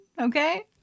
okay